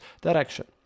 direction